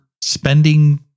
spending